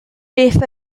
beth